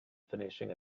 finishing